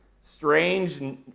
strange